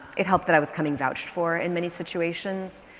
it helped that i was coming vouched for in many situations.